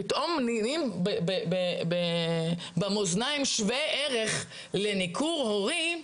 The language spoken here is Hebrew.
פתאום נהיים במאזניים שווי ערך לניכור הורי,